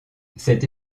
cette